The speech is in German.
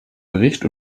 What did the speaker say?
bericht